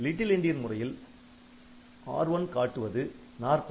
little endian முறையில் R1 காட்டுவது '40'